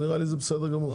אז נראה לי זה בסדר גמור.